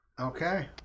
Okay